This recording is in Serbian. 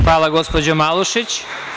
Hvala, gospođo Malušić.